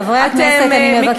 חברי הכנסת, אני מבקשת קצת שקט.